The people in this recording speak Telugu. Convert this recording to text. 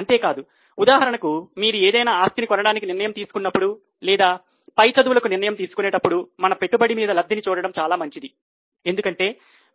అంతేకాదు ఉదాహరణకు మీరు ఏదైనా ఆస్తిని కొనడానికి నిర్ణయం తీసుకున్నప్పుడు లేదా పై చదువులకు నిర్ణయం తీసుకునేటప్పుడు మన పెట్టుబడి మీద లబ్ధి చూడడం చాలా మంచిది ఎందుకంటే